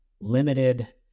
limited